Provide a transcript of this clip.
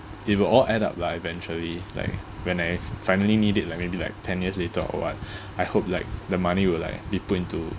it will all add up lah eventually like when I finally need it like maybe like ten years later or what I hope like the money will like be put into